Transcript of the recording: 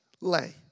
lay